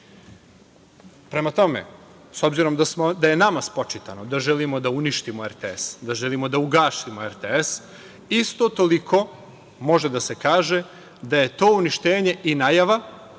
RTS.Prema tome, s obzirom da je nama spočitano da želimo da uništimo RTS, da želimo da ugasimo RTS isto toliko može da se kaže da je to uništenje i najava